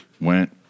went